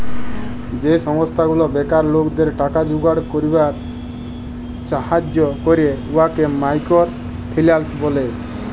যে সংস্থা গুলা বেকার লকদের টাকা জুগাড় ক্যইরবার ছাহাজ্জ্য ক্যরে উয়াকে মাইকর ফিল্যাল্স ব্যলে